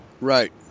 Right